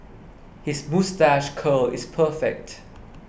his moustache curl is perfect